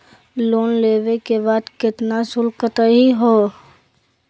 Loan लेवे के बाद केतना शुल्क कटतही हो?